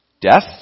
death